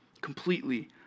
Completely